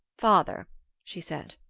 father she said.